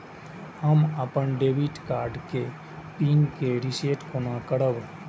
हम अपन debit card के पिन के रीसेट केना करब?